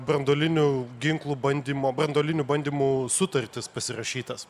branduolinių ginklų bandymo branduolinių bandymų sutartis pasirašytas